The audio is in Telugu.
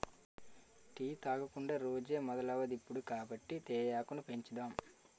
టీ తాగకుండా రోజే మొదలవదిప్పుడు కాబట్టి తేయాకును పెంచుదాం